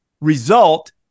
result